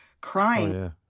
crying